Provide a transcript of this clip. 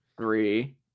Three